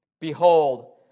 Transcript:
Behold